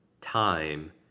time